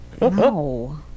No